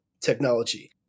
technology